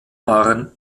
waren